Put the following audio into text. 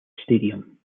stadium